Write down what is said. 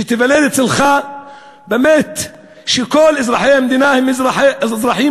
שייוולד אצלך זה שכל אזרחי המדינה הם אזרחים